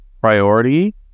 priority